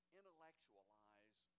intellectualize